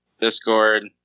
Discord